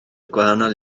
gwahanol